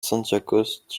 santikos